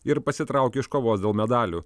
ir pasitraukė iš kovos dėl medalių